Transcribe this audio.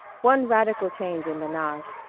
one radical change in menage.